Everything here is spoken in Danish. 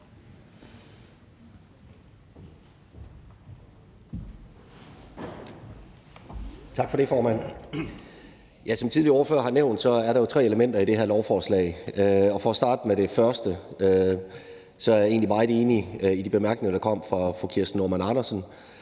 Som tidligere ordførere har nævnt, er der jo tre elementer i det her lovforslag, og for at starte med det første er jeg egentlig meget enig i de bemærkninger, der kom fra SF's ordfører, fru Kirsten Normann Andersen.